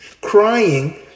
crying